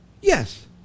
Yes